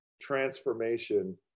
transformation